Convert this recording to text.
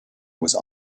was